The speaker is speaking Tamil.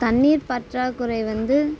தண்ணீர் பற்றாக்குறை வந்து